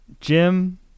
Jim